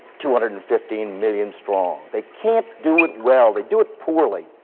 two hundred and fifteen million strong. they can't do it well. they do it poorly.